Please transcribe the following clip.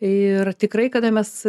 ir tikrai kada mes